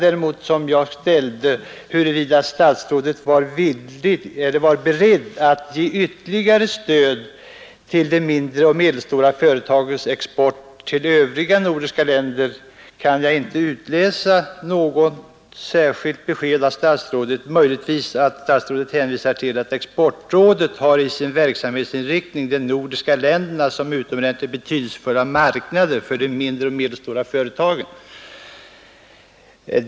På den andra frågan däremot, huruvida statsrådet var beredd att ge ytterligare stöd till de mindre och medelstora företagens export till övriga nordiska länder, kan jag inte utläsa något särskilt besked ur statsrådets svar — möjligtvis med undantag för att statsrådet hänvisar till att exportrådet i sin verksamhetsinriktning har de nordiska länderna ”som utomordentligt betydelsefulla marknader för de mindre och medelstora företagen”.